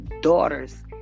daughters